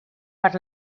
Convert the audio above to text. per